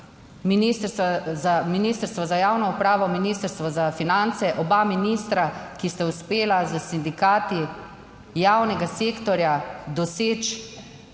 Ministrstvo za javno upravo, Ministrstvo za finance. Oba ministra, ki sta uspela s sindikati javnega sektorja doseči